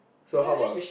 so how about